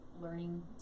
learning